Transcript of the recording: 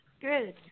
Good